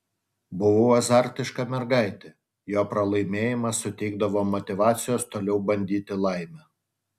buvau azartiška mergaitė jo pralaimėjimas suteikdavo motyvacijos toliau bandyti laimę